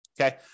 Okay